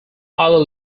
other